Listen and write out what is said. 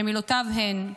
שמילותיו הן: